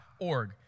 org